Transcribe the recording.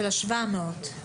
של ה-700?